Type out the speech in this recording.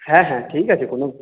হ্যাঁ হ্যাঁ ঠিক আছে কোনো